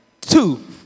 Two